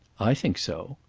i think so.